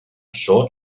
short